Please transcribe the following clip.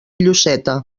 lloseta